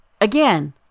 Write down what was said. Again